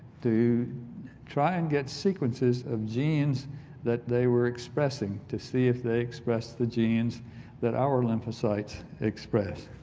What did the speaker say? to try and get sequences of genes that they were expressing to see if they express the genes that our lymphocytes express.